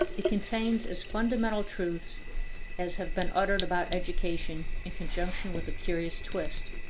it contains as fundamental truths as have been uttered about education in conjunction with a curious twist.